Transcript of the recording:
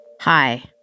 Hi